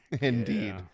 Indeed